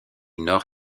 nord